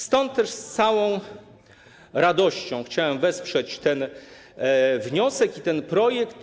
Stąd też z całą radością chciałem wesprzeć ten wniosek i ten projekt.